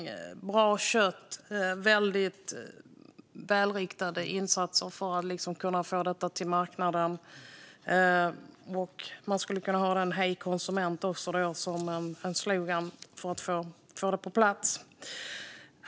Det handlar om bra kött, och det krävs väldigt välriktade insatser för att kunna få det till marknaden. Man skulle kunna ha "Hej konsument" som en slogan för att få det på plats.